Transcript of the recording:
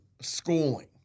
schooling